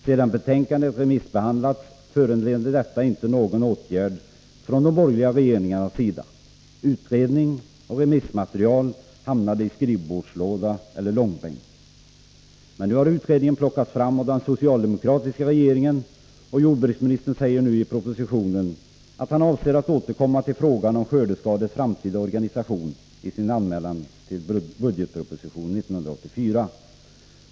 Sedan betänkandet remissbehandlats föranledde detta inte någon åtgärd från de borgerliga regeringarnas sida. Utredningsbetänkande och remissmaterial hamnade i skrivbordslåda eller långbänk. Men nu har utredningen plockats fram av den socialdemokratiska regeringen, och jordbruksministern säger i propositionen att han avser att återkomma till frågan om skördeskadeskyddets framtida organisation i samband med budgetpropositionen 1984.